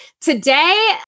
today